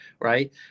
right